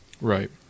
Right